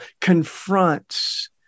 confronts